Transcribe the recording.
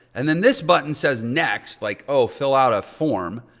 and then this button says next like oh, fill out a form.